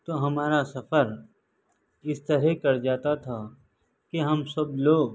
تو ہمارا سفر اس طرح کٹ جاتا تھا کہ ہم سب لوگ